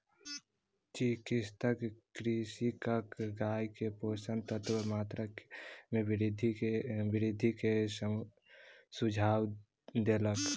चिकित्सक कृषकक गाय के पोषक तत्वक मात्रा में वृद्धि के सुझाव देलक